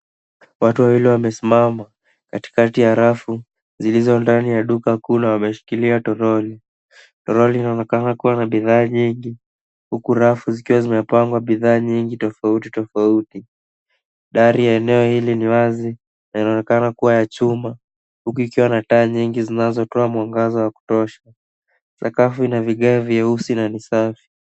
Watu wawili wamesimama katikakati ya rafu zilizo ndani ya duka kuu na wameshika toroli. Toroli inaonekana kuna na bidhaa nyingi huku zikiwa zimepangwa bidhaa nyingi tofautitofauti. Dari ya eneo hili ni wazi inaonekana kuwa ya chuma huku ikiwa na taa nyingi zinatoa mwangaza wa kutosha. Sakafu una vigezo vyeusi na visafi.